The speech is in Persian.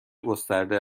گسترده